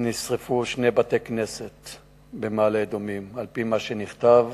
נשרפו שני בתי-כנסת במעלה-אדומים, על-פי מה שנכתב